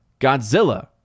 Godzilla